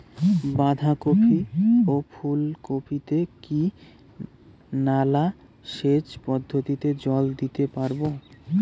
বাধা কপি ও ফুল কপি তে কি নালা সেচ পদ্ধতিতে জল দিতে পারবো?